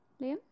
Liam